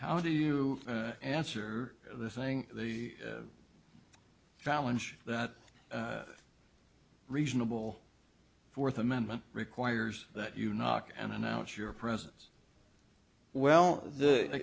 how do you answer the thing the challenge that reasonable fourth amendment requires that you knock and announce your presence well the